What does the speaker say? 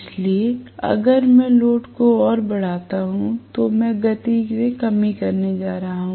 इसलिए अगर मैं लोड को और बढ़ाता हूं तो मैं गति में कमी करने जा रहा हूं